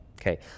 Okay